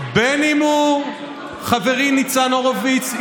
בין שהוא חברי ניצן הורוביץ,